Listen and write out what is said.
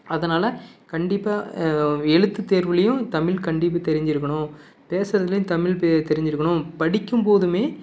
அதனால் கண்டிப்பாக எழுத்து தேர்வுலேயும் தமிழ் கண்டிப்பாக தெரிஞ்சுருக்கணும் பேசுறதுலேயும் தமிழ் பே தெரிஞ்சிருக்கணும் படிக்கும் போதும்